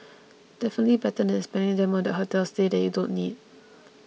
definitely better than spending them on that hotel stay that you don't need